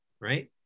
Right